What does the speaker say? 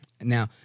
Now